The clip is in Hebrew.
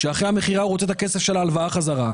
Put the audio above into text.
שאחרי המכירה הוא רוצה את הכסף של ההלוואה חזרה.